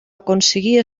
aconseguir